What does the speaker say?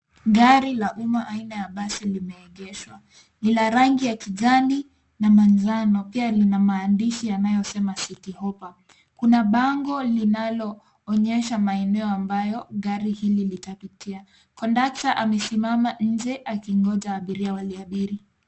Gari la uma aina ya basi limeegeshwa. Lina rangi ya kijani na manjano. Pia lina maandishi yanayosema City Hoppa. Kuna bango linaloonyesha maeneo ambayo gari hili litapitia. Kondakta amesima nje akingoja abiria waliabiri.